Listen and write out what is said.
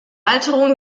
alterung